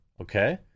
Okay